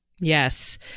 Yes